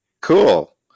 Cool